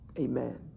Amen